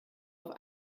auf